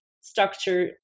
structure